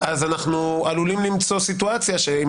אז אנחנו עלולים למצוא סיטואציה שאם